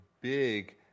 big